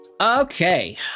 Okay